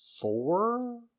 four